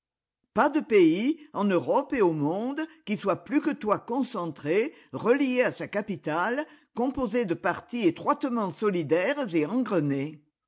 pas de pays en europe et au monde qui soit plus que toi concentré relié à sa capitale composé de parties étroitement solidaires et